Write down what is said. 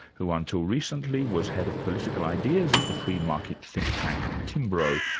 who until recently was head of political ideas at the free market think-tank, timbro,